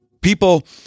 People